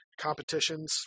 competitions